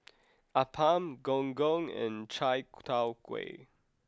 Appam Gong Gong and Chai Tow Kuay